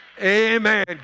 Amen